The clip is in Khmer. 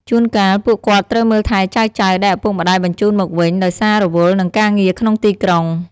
ជួនកាល ពួកគាត់ត្រូវមើលថែចៅៗដែលឪពុកម្ដាយបញ្ជូនមកវិញដោយសាររវល់នឹងការងារក្នុងទីក្រុង។